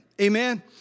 Amen